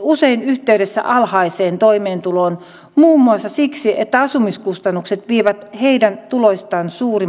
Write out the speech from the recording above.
usein yhteydessä alhaiseen toimeentuloon muun muassa siksi että asumiskustannukset vievät tuloista suurimman osan